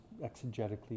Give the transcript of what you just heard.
exegetically